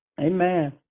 Amen